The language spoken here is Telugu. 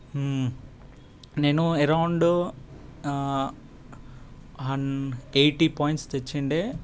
నేను ఎరౌండ్ హన్ ఎయిటీ పాయింట్స్ తెచ్చిండే